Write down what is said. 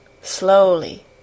slowly